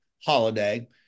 holiday